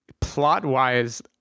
plot-wise